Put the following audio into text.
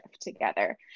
together